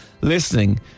listening